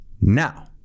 Now